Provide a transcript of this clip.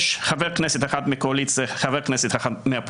יש חבר כנסת אחד מקואליציה ואחד מאופוזיציה,